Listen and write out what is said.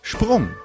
Sprung